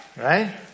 right